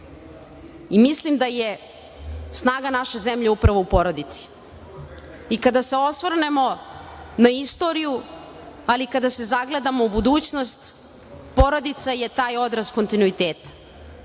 Mislim da je snaga naše zemlje upravo u porodici. I kada se osvrnemo na istoriju i zagledamo na budućnost, porodica je taj odraz kontinuiteta.